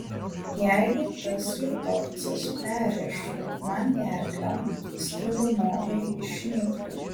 jeigu tas litovcas perrėžtų man gerklę strigunovai išnyktų